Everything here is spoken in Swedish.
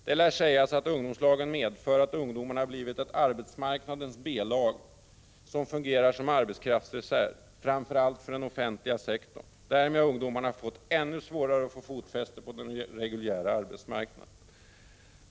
Där lär sägas att ungdomslagen medför att ungdomarna blivit ett ”arbetsmarknadens B-lag” som fungerar som arbetskraftsreserv, framför allt för den offentliga sektorn. Därmed har ungdomarna fått ännu svårare att få fotfäste på den reguljära arbetsmarknaden.